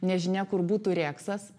nežinia kur būtų reksas